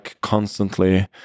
constantly